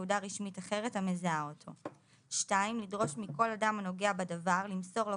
תעודה רשמית אחרת המזהה אותו; (2)לדרוש מכל אדם הנוגע בדבר למסור לו